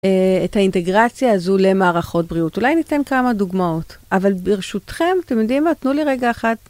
את האינטגרציה הזו למערכות בריאות. אולי אני אתן כמה דוגמאות, אבל ברשותכם, אתם יודעים מה? תנו לי רגע אחת.